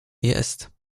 jest